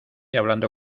hablando